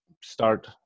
start